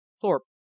Thorpe